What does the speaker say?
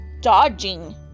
dodging